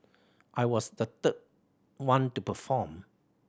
I was the third one to perform